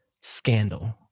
scandal